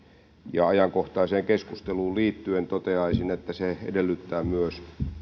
ja ajankohtaiseen keskusteluun liittyen toteaisin että se edellyttää myös